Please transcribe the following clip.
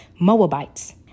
Moabites